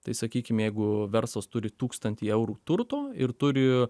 tai sakykim jeigu verslas turi tūkstantį eurų turto ir turi